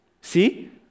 See